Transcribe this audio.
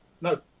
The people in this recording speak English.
No